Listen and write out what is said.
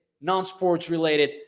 non-sports-related